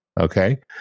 Okay